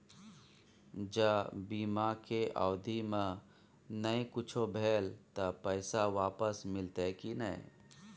ज बीमा के अवधि म नय कुछो भेल त पैसा वापस मिलते की नय?